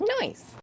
Nice